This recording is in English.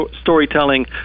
storytelling